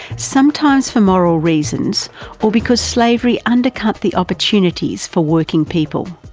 sometimes for moral reasons or because slavery undercut the opportunities for working people.